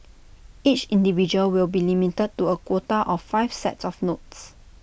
each individual will be limited to A quota of five sets of notes